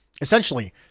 Essentially